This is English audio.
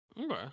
Okay